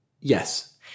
Yes